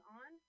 on